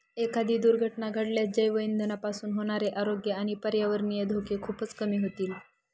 एखादी दुर्घटना घडल्यास जैवइंधनापासून होणारे आरोग्य आणि पर्यावरणीय धोके खूपच कमी होतील